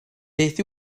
beth